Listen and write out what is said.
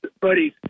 buddies